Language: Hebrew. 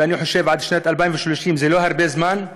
ואני חושב שעד שנת 2030 זה לא הרבה זמן,